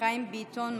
חיים ביטון,